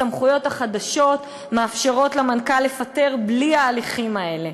הסמכויות החדשות מאפשרות למנכ"ל לפטר בלי ההליכים האלה.